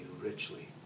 richly